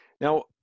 Now